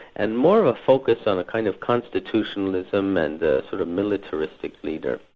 and more of a focus on a kind of constitutionalism and sort of militaristic leader.